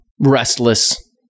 Restless